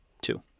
Two